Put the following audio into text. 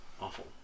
awful